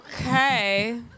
okay